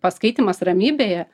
paskaitymas ramybėje